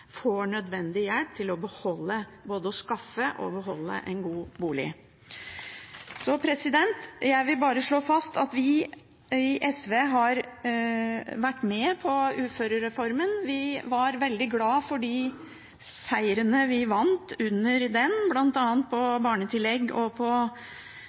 får nødvendig hjelp til både å skaffe seg og å beholde en god bolig. Jeg vil slå fast at vi i SV har vært med på uførereformen. Vi var veldig glade for de seirene vi vant i forbindelse med den, bl.a. når det gjaldt barnetillegg og å få halv levealdersjustering på